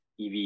EV